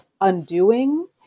undoing